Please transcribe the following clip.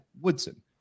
Woodson